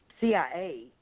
CIA